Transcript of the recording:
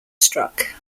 struck